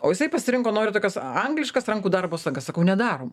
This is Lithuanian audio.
o jisai pasirinko noriu tokios angliškas rankų darbo sagas sakau nedarom